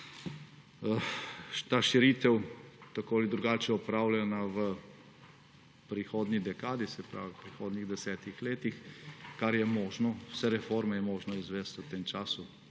ta širitev tako ali drugače opravljena v prihodnji dekadi, se pravi prihodnjih desetih letih, kar je možno. Vse reforme je možno izvesti v tem času.